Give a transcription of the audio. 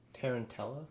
Tarantella